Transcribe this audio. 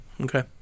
Okay